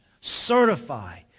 certify